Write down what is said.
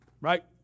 right